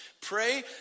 pray